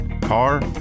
car